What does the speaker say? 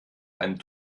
einen